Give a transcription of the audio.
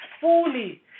fully